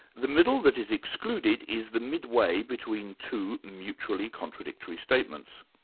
the middle that is excluded is the midway between two mutually contradictory statements.